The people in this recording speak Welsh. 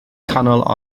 canol